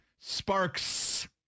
Sparks